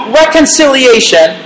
reconciliation